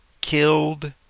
killed